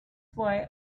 why